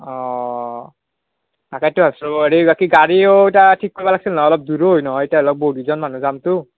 অ তাকেতো ভাবিছোঁ হেৰি বাকী গাড়ীও এটা ঠিক কৰিব লাগিছিল নহয় অলপ দূৰো হয় নহয় এতিয়া অলপ বহুত কেইজন মানুহ যামতো